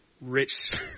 Rich